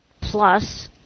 Plus